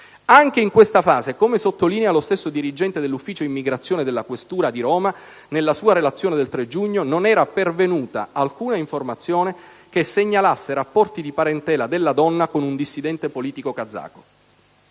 Anche in questa fase, come sottolinea lo stesso dirigente dell'Ufficio immigrazione della questura di Roma nella sua relazione del 3 giugno, non era pervenuta alcuna informazione che segnalasse rapporti di parentela della donna con un "dissidente politico kazako".